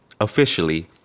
officially